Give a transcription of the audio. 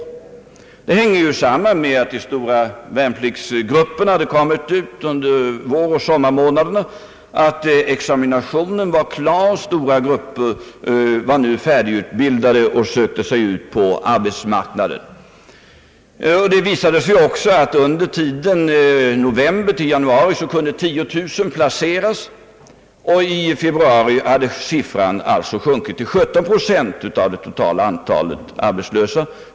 Denna höga siffra hänger samman med att de stora värnpliktsgrupperna hade ryckt ut under våroch sommarmånaderna, att examinationen från skolorna var klar, stora grupper var nu färdigutbildade och sök te sig ut på arbetsmarknaden. Det visade sig också att under tiden november—januari kunde 10000 placeras. I februari hade andelen arbetslösa under 25 år sjunkit till 17 procent av det totala antalet arbetslösa.